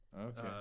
okay